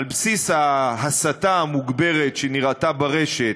על בסיס ההסתה המוגברת שנראתה ברשת,